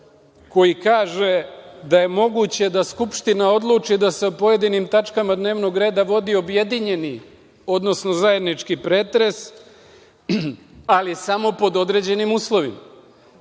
koji kaže da je moguće da Skupština odluči da se o pojedinim tačkama dnevnog reda vodi objedinjeni, odnosno zajednički pretres, ali samo pod određenim uslovima.